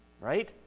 right